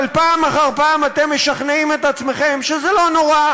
אבל פעם אחר פעם אתם משכנעים את עצמכם שזה לא נורא.